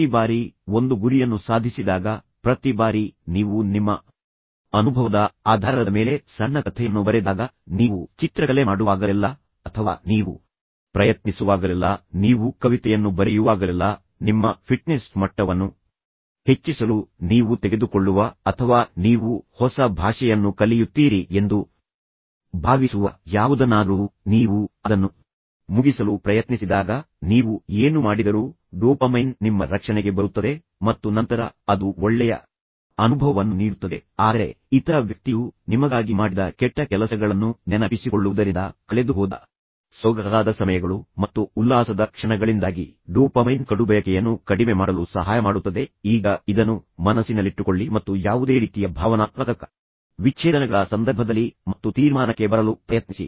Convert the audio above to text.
ಪ್ರತಿ ಬಾರಿ ಒಂದು ಗುರಿಯನ್ನು ಸಾಧಿಸಿದಾಗ ಪ್ರತಿ ಬಾರಿ ನೀವು ನಿಮ್ಮ ಅನುಭವದ ಆಧಾರದ ಮೇಲೆ ಸಣ್ಣ ಕಥೆಯನ್ನು ಬರೆದಾಗ ನೀವು ಚಿತ್ರಕಲೆ ಮಾಡುವಾಗಲೆಲ್ಲಾ ಅಥವಾ ನೀವು ಪ್ರಯತ್ನಿಸುವಾಗಲೆಲ್ಲಾ ನೀವು ಕವಿತೆಯನ್ನು ಬರೆಯುವಾಗಲೆಲ್ಲಾ ನಿಮ್ಮ ಫಿಟ್ನೆಸ್ ಮಟ್ಟವನ್ನು ಹೆಚ್ಚಿಸಲು ನೀವು ತೆಗೆದುಕೊಳ್ಳುವ ಅಥವಾ ನೀವು ಹೊಸ ಭಾಷೆಯನ್ನು ಕಲಿಯುತ್ತೀರಿ ಎಂದು ಭಾವಿಸುವ ಯಾವುದನ್ನಾದರೂ ನೀವು ಅದನ್ನು ಮುಗಿಸಲು ಪ್ರಯತ್ನಿಸಿದಾಗ ನೀವು ಏನು ಮಾಡಿದರೂ ಡೋಪಮೈನ್ ನಿಮ್ಮ ರಕ್ಷಣೆಗೆ ಬರುತ್ತದೆ ಮತ್ತು ನಂತರ ಅದು ಒಳ್ಳೆಯ ಅನುಭವವನ್ನು ನೀಡುತ್ತದೆ ಆದರೆ ಇತರ ವ್ಯಕ್ತಿಯು ನಿಮಗಾಗಿ ಮಾಡಿದ ಕೆಟ್ಟ ಕೆಲಸಗಳನ್ನು ನೆನಪಿಸಿಕೊಳ್ಳುವುದರಿಂದ ಕಳೆದುಹೋದ ಸೊಗಸಾದ ಸಮಯಗಳು ಮತ್ತು ಉಲ್ಲಾಸದ ಕ್ಷಣಗಳಿಂದಾಗಿ ಡೋಪಮೈನ್ ಕಡುಬಯಕೆಯನ್ನು ಕಡಿಮೆ ಮಾಡಲು ಸಹಾಯ ಮಾಡುತ್ತದೆ ಈಗ ಇದನ್ನು ಮನಸ್ಸಿನಲ್ಲಿಟ್ಟುಕೊಳ್ಳಿ ಮತ್ತು ಯಾವುದೇ ರೀತಿಯ ಭಾವನಾತ್ಮಕ ವಿಚ್ಛೇದನಗಳ ಸಂದರ್ಭದಲ್ಲಿ ಮತ್ತು ತೀರ್ಮಾನಕ್ಕೆ ಬರಲು ಪ್ರಯತ್ನಿಸಿ